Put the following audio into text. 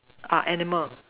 are animal